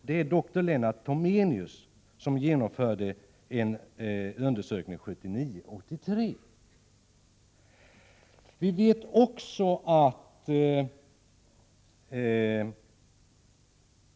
Dr Lennart Tomenius genomförde en sådan undersökning 1979-1983.